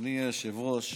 אדוני היושב-ראש,